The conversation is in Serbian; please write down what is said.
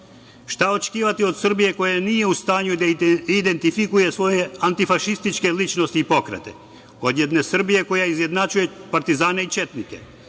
očekivati od Srbije koja nije u stanju da identifikuje antifašističke ličnosti i pokrete, od jedne Srbije koja izjednačuje partizane i četnike?